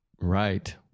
Right